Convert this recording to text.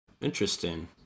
Interesting